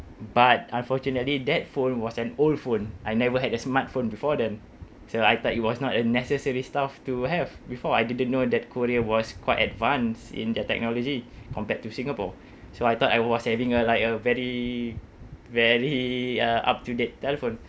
but unfortunately that phone was an old phone I never had a smartphone before then so I thought it was not a necessary stuff to have before I didn't know that korea was quite advanced in their technology compared to singapore so I thought I was having a like a very very up-to-date telephone